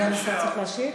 סגן השר צריך להשיב?